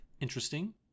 Interesting